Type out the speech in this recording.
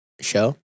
show